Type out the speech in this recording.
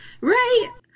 right